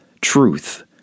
truth